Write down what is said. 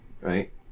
right